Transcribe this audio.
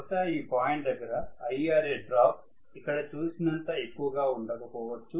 బహుశా ఈ పాయింట్ దగ్గర IaRa డ్రాప్ ఇక్కడ చూసినంత ఎక్కువగా ఉండకపోవచ్చు